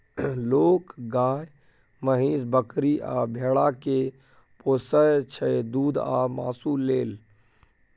लोक गाए, महीष, बकरी आ भेड़ा केँ पोसय छै दुध आ मासु लेल